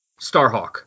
Starhawk